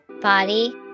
body